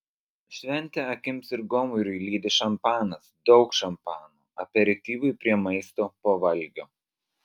šventę akims ir gomuriui lydi šampanas daug šampano aperityvui prie maisto po valgio